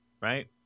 right